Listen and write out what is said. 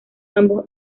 ambos